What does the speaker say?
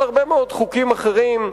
אבל הרבה מאוד חוקים אחרים,